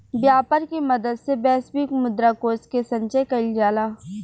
व्यापर के मदद से वैश्विक मुद्रा कोष के संचय कइल जाला